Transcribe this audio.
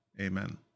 amen